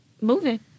moving